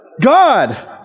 God